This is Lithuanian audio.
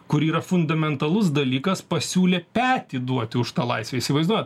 kuri yra fundamentalus dalykas pasiūlė petį duoti už tą laisvę įsivaizduojat